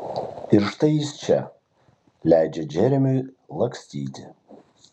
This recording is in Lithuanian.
ir štai jis čia leidžia džeremiui lakstyti